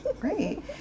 Great